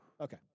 Okay